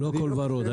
לא הכול ורוד.